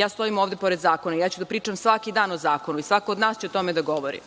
ja stojim ovde pored zakona, ja ću da pričam svaki dan o zakonu i svako od nas će o tome da govori,